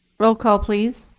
roll call, please.